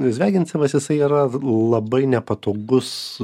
zviagincevas jisai yra labai nepatogus